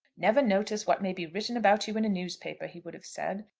never notice what may be written about you in a newspaper, he would have said.